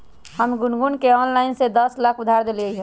हम गुनगुण के ऑनलाइन से दस लाख उधार देलिअई ह